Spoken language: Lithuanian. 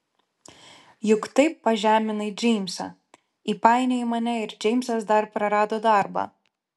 juk taip pažeminai džeimsą įpainiojai mane ir džeimsas dar prarado darbą